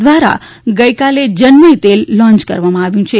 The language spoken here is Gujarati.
દ્વારા ગઇકાલે જન્મય તેલ લોન્ચ કરવામાં આવ્યું છે